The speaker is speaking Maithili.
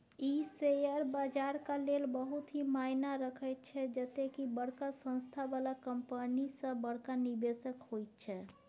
ई शेयर बजारक लेल बहुत ही मायना रखैत छै जते की बड़का संस्था बला कंपनी सब बड़का निवेशक होइत छै